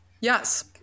Yes